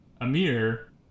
amir